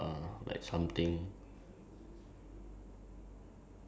oh I like to go like you know on those like Instagram page